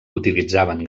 utilitzaven